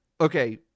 okay